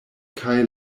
kaj